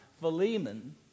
Philemon